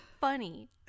funny